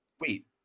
wait